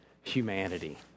humanity